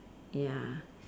ya